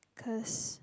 cause